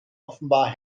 offenbar